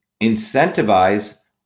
incentivize